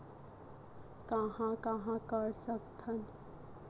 कहां कहां कर सकथन?